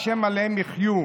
ה' עליהם יחיו.